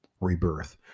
rebirth